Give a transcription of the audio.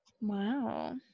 Wow